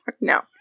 no